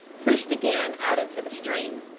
pushed again out into the stream.